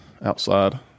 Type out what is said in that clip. outside